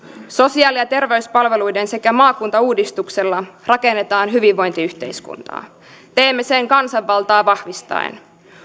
sosiaali ja terveyspalveluiden sekä maakuntauudistuksella rakennetaan hyvinvointiyhteiskuntaa teemme sen kansanvaltaa vahvistaen